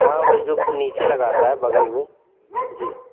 हाँ वहीं जो नीचे लगाता है बग़ल में जी